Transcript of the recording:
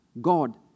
God